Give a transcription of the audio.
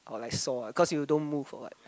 or like saw ah cause you don't or what